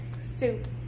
Soup